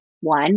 one